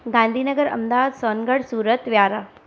Gandhinagar Ahmedabad Songadh Surat vihara